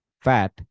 fat